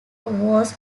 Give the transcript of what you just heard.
was